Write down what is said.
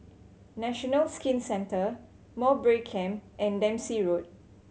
National Skin Centre Mowbray Camp and Dempsey Road